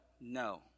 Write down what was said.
no